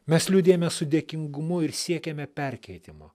mes liūdime su dėkingumu ir siekiame perkeitimo